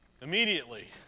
Immediately